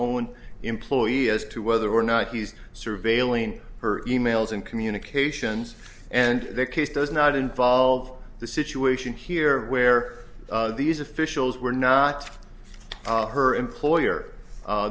own employee as to whether or not he's surveilling her e mails and communications and the case does not involve the situation here where these officials were not her employer